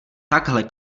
takhle